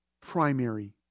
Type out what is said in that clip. primary